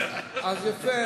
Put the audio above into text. אז, יפה.